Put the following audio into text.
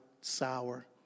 sour